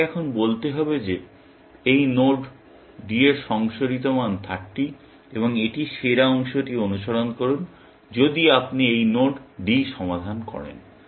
আমাকে এখন বলতে হবে যে এই নোড D এর সংশোধিত মান 30 এবং এটির সেরা অংশটি অনুসরণ করুন যদি আপনি এই নোড D সমাধান করেন